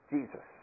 Jesus